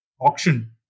auction